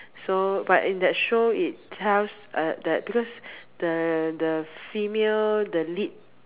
so but in that show it tells uh that because the the female the lead